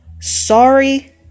Sorry